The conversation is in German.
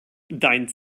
dein